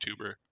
YouTuber